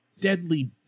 deadly